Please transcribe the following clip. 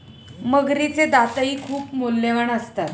मगरीचे दातही खूप मौल्यवान असतात